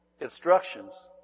instructions